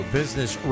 business